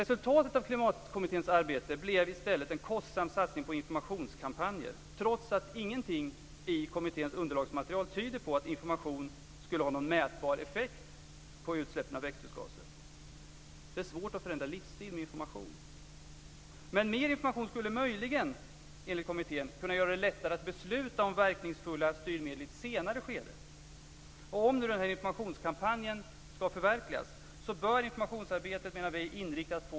Resultatet av Klimatkommitténs arbete blev i stället en kostsam satsning på informationskampanjer, trots att ingenting i kommitténs underlagsmaterial tyder på att information skulle ha någon mätbar effekt på utsläppen av växthusgaser. Det är svårt att förändra livsstil med information. Mer information skulle möjligen, enligt kommittén, kunna göra det lättare att besluta om verkningsfulla styrmedel i ett senare skede.